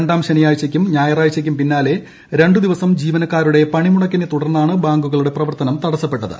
രണ്ടാം ശനിയാഴ്ചക്കും ഞായറാഴ്ചയ്ക്കും പിന്നാലെ രണ്ടുദിവസം ജീവനക്കാരുടെ പണിമുടക്കിനെ തുടർന്നാണ് ബാങ്കുകളുടെ പ്രവർത്തനം തടസ്സപ്പെട്ടത്